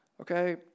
Okay